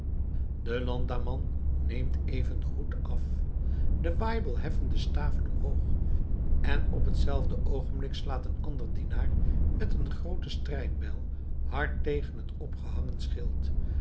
de landamman neemt even den hoed af de waibel heffen de staven omhoog en op hetzelfde oogenblik slaat een ander dienaar met eene groote strijdbijl hard tegen het opgehangen schild